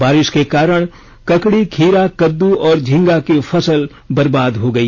बारिष के कारण ककड़ी खीरा कद्द और झींगा की फसल बर्बाद हो गई